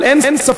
אבל אין ספק,